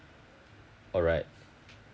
alright